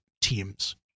teams